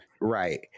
Right